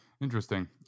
Interesting